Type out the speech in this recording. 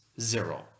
zero